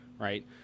right